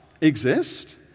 exist